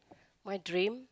my dream